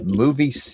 movie